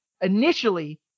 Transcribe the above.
initially